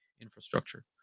infrastructure